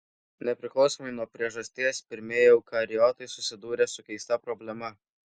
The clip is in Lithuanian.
nepriklausomai nuo priežasties pirmieji eukariotai susidūrė su keista problema